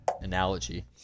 analogy